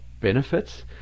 benefits